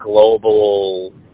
global